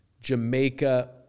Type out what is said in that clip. Jamaica